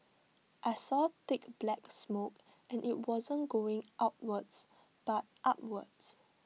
I saw thick black smoke and IT wasn't going outwards but upwards